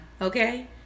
Okay